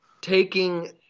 taking